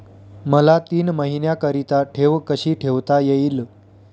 मला तीन महिन्याकरिता ठेव कशी ठेवता येईल?